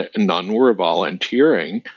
and none were volunteering.